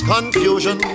Confusion